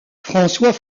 françois